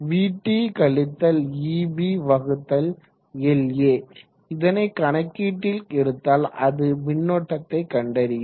vt ebLa இதனை கணக்கீட்டில் எடுத்தால் அது மின்னோட்டத்தை கண்டறியும்